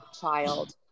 child